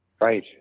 Right